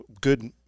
good